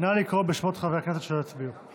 נא לקרוא בשמות חברי הכנסת שלא הצביעו.